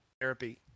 therapy